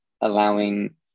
allowing